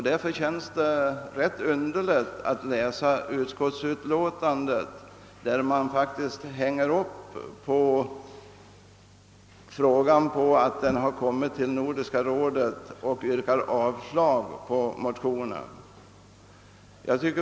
Därför känns det rätt underligt att läsa utskottets utlåtande, där man faktiskt hänger upp frågan på att den har kommit till Nordiska rådet och därför yrkar avslag på motionsparet.